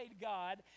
God